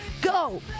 Go